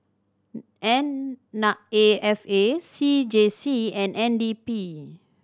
N Na A F A C J C and N D P